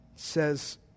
Says